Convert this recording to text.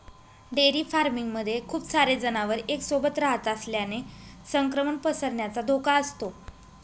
dairy farming मध्ये खूप सारे जनावर एक सोबत रहात असल्याने संक्रमण पसरण्याचा धोका असतो